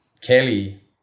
Kelly